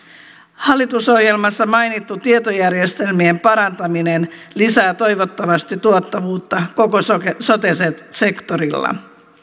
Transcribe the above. hallitusohjelmassa mainittu tietojärjestelmien parantaminen lisää toivottavasti tuottavuutta koko sote sektorilla